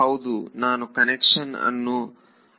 ಹೌದು ನಾನು ಕನ್ವೆನ್ಷನ್ ಅನ್ನು ಅಸುಮ್ ಮಾಡಿದ್ದೇನೆ